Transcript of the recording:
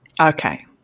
Okay